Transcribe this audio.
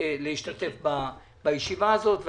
יוכל להשתתף בישיבה הזאת.